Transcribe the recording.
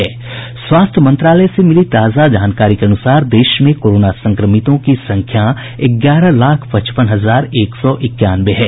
स्वास्थ्य मंत्रालय से मिली ताजा जानकारी के अनुसार देश में कोरोना संक्रमितों की संख्या ग्यारह लाख पचपन हजार एक सौ इक्यानवे है